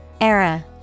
Era